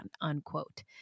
unquote